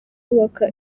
kubaka